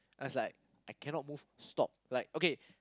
as like I cannot move stop like okay